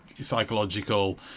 psychological